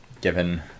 given